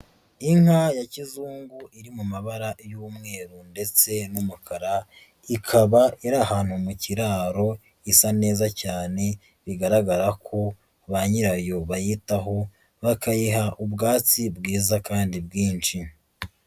Inka ya kizungu iri mu mabara y'umweru ndetse n'umukara, ikaba iri ahantu mu kiraro isa neza cyane bigaragara ko ba nyirayo bayitaho bakayiha ubwatsi bwiza kandi bwinshi.